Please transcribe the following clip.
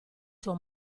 suo